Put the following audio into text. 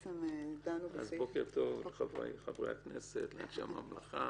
בוקר טוב לחבריי חברי הכנסת, לאנשי הממלכה,